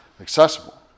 accessible